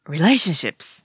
Relationships